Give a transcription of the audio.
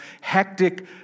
hectic